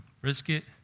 brisket